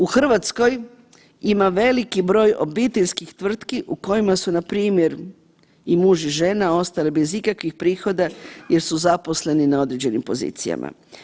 U Hrvatskoj ima veliki broj obiteljskih tvrtki u kojima su npr. i muž i žena ostali bez ikakvih prihoda jer su zaposleni na određenim pozicijama.